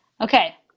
Okay